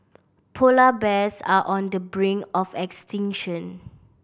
polar bears are on the brink of extinction